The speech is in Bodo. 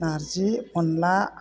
नार्जि अनला